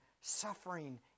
suffering